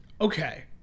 Okay